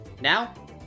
Now